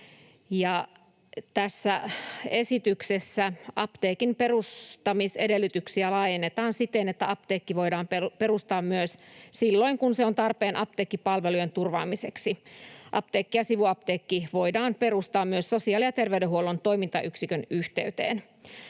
Tässä esityksessä apteekin perustamisedellytyksiä laajennetaan siten, että apteekki voidaan perustaa myös silloin, kun se on tarpeen apteekkipalvelujen turvaamiseksi. Apteekki ja sivuapteekki voidaan perustaa myös sosiaali- ja terveydenhuollon toimintayksikön yhteyteen.